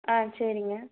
ஆ சரிங்க